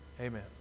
Amen